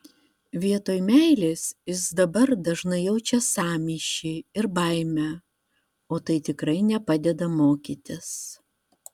vietoj meilės jis dabar dažnai jaučia sąmyšį ir baimę o tai tikrai nepadeda mokytis